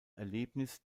erlebnis